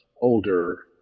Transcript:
older